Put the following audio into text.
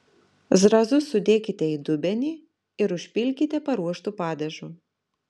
zrazus sudėkite į dubenį ir užpilkite paruoštu padažu